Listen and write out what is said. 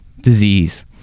disease